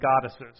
goddesses